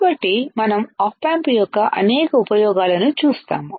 కాబట్టి మనం op amp యొక్క అనేక ఉపయోగాలను చూస్తాము